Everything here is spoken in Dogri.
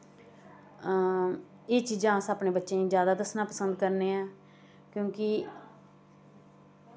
एह् चीजां अस अपने बच्चें गी दस्सना जादा पसंद करने ऐं क्योंकि